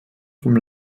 vom